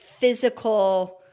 physical